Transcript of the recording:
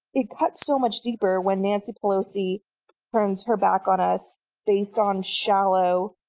it cuts so much deeper when nancy pelosi turns her back on us based on shallow,